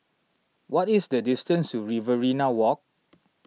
what is the distance to Riverina Walk